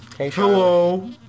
Hello